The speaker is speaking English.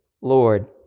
Lord